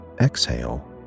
exhale